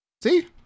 See